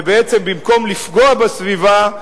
ובעצם במקום לפגוע בסביבה,